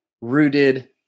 rooted